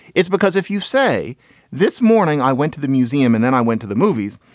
it's because if you say this morning i went to the museum and then i went to the movies.